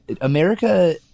America